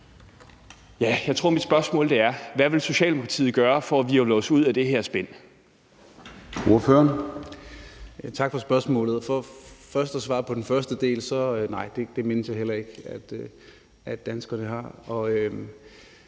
Jeg tror, at mit spørgsmål er: Hvad vil Socialdemokratiet gøre for at hvirvle os ud af det her spind?